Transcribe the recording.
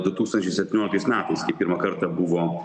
du tūkstančiai septynioliktais metais kai pirmą kartą buvo